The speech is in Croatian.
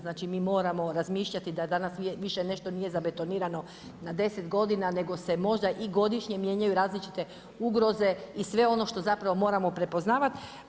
Znači mi moramo razmišljati da danas više nešto nije zabetonirano na deset godina nego se možda i godišnje mijenjaju različite ugroze i sve ono što moramo prepoznavat.